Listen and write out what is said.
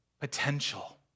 potential